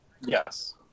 Yes